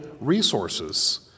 resources